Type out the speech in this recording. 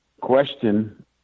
question